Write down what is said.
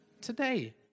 Today